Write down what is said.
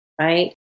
right